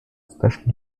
especially